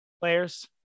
players